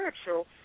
spiritual